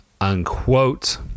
unquote